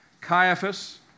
Caiaphas